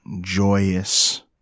joyous